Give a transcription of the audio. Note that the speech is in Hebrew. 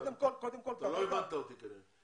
קודם כל כרגע --- אתה לא הבנת אותי כנראה.